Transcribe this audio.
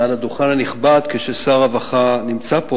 הדוכן הנכבד כאשר שר הרווחה נמצא פה.